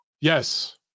Yes